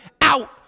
out